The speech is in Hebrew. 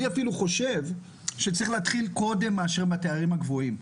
אני חושב שצריך להתחיל לפני התארים הגבוהים,